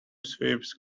sweeps